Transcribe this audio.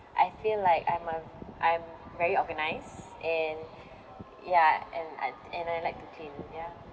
I feel like I'm a I'm very organised and ya and I and I like to clean ya